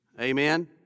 Amen